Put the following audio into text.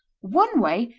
one way,